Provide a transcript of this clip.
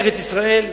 ארץ-ישראל,